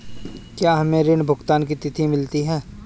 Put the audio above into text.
क्या हमें ऋण भुगतान की तिथि मिलती है?